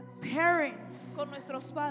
parents